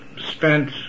spent